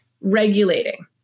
regulating